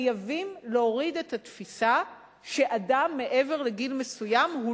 חייבים להוריד את התפיסה שאדם מעבר לגיל מסוים הוא